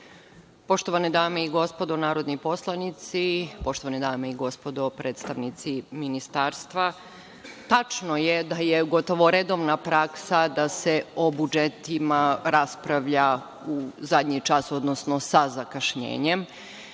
Hvala. Poštovane dame i gospodo narodni poslanici, poštovani dame i gospodo predstavnici ministarstva, tačno je da je gotovo redovna praksa da se o budžetima raspravlja u zadnji čas, odnosno sa zakašnjenjem